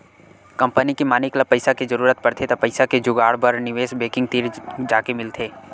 company के मालिक ल पइसा के जरूरत परथे त पइसा के जुगाड़ बर निवेस बेंकिग तीर जाके मिलथे